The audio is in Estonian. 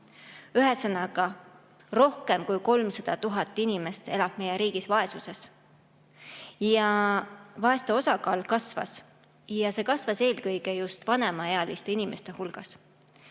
Ühesõnaga, rohkem kui 300 000 inimest elab meie riigis vaesuses. Vaeste osakaal on kasvanud, ja kasvanud eelkõige just vanemaealiste inimeste hulgas.